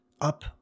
up